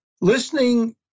Listening